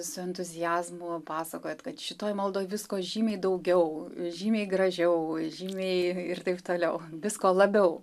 su entuziazmu pasakojat kad šitoj maldoj visko žymiai daugiau žymiai gražiau žymiai ir taip toliau visko labiau